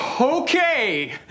Okay